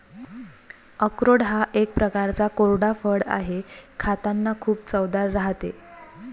अक्रोड हा एक प्रकारचा कोरडा फळ आहे, खातांना खूप चवदार राहते